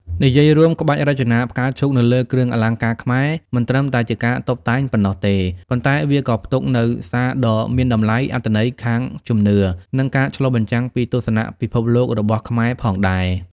និយាយរួម ក្បាច់រចនាផ្កាឈូកនៅលើគ្រឿងអលង្ការខ្មែរមិនត្រឹមតែជាការតុបតែងប៉ុណ្ណោះទេ ប៉ុន្តែវាក៏ផ្ទុកនូវសារដ៏មានតម្លៃ អត្ថន័យខាងជំនឿ និងការឆ្លុះបញ្ចាំងពីទស្សនៈពិភពលោករបស់ខ្មែរផងដែរ។